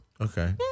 Okay